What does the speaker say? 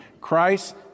Christ